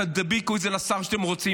תדביקו את זה לשר שאתם רוצים,